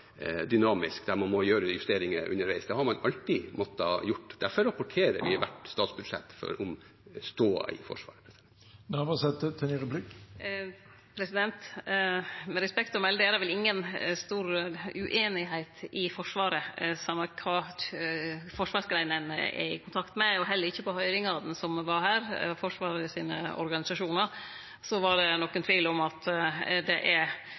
dynamisk, der man må gjøre justeringer underveis. Det har man alltid måttet gjøre. Derfor rapporterer vi i hvert statsbudsjett om stoda i Forsvaret. Med respekt å melde – det er vel inga stor ueinigheit i Forsvaret same kva forsvarsgrein ein er i kontakt med. Heller ikkje på høyringane som var her med Forsvaret sine organisasjonar, var det nokon tvil om at det er